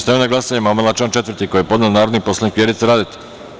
Stavljam na glasanje amandman na član 4. koji je podneo narodni poslanik Vjerica Radeta.